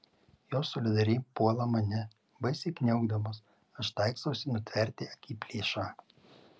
jos solidariai puola mane baisiai kniaukdamos aš taikstausi nutverti akiplėšą